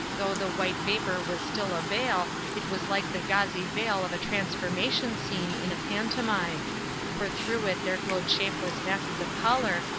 though the white vapour was still a veil, it was like the gauzy veil of a transformation scene in a pantomime for through it there glowed shapeless masses of colour,